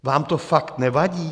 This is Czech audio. Vám to fakt nevadí?